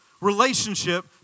relationship